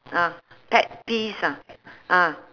ah pet peeves ah ah